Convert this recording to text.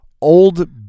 old